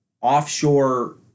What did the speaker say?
offshore